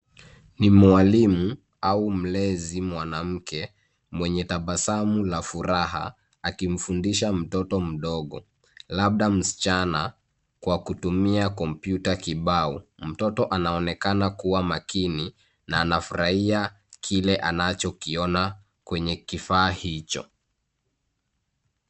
Ni mwalimu au mlezi mwanamke mwenye tabasamu la furaha akimfundisha mtoto mdogo labda msichana kwa kutumia kompyuta kibao. Mtoto anaonekana kuwa makini na anafurahia kile anachokiona kwenye kifaa hicho.